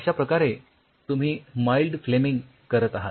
अश्या प्रकारे तुम्ही माईल्ड फ्लेमिंग करत आहात